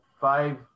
five